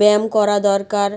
ব্যায়াম করা দরকার